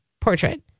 portrait